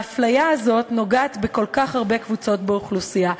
האפליה הזו נוגעת בכל כך הרבה קבוצות באוכלוסייה,